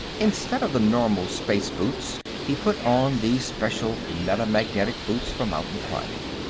instead of the normal space boots, he put on the special metamagnetic boots for mountain climbing.